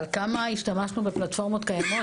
על כמה השתמשנו בפלטפורמות קיימות,